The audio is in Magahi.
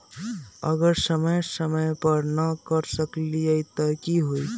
अगर समय समय पर न कर सकील त कि हुई?